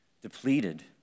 depleted